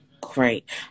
Great